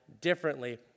differently